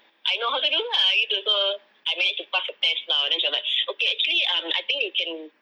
I know how to do lah gitu so I managed to pass the test lah then she was like okay actually um I think you can